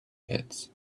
pits